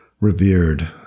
revered